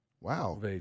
Wow